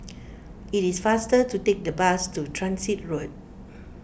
it is faster to take the bus to Transit Road